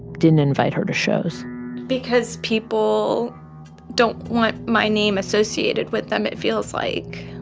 didn't invite her to shows because people don't want my name associated with them. it feels like